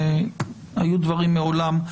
והיו דברים מעולם,